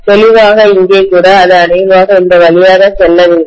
தெளிவாக இங்கே கூட இது அநேகமாக இந்த வழியாக செல்ல வேண்டும்